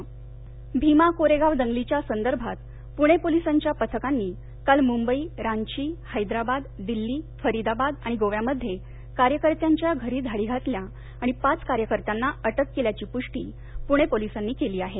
धाडी भीमा कोरेगाव दंगलीच्या संदर्भात पुणे पोलिसांच्या पथकांनी काल मुंबई रांची हद्ध्राबाद दिल्ली फरिदाबाद आणि गोव्यामध्ये कार्यकर्त्यांच्या घरी धाडी घातल्या आणि पाच कार्यकर्त्यांना अटक केल्याची पुष्टि पुणे पोलिसांनी केली आहे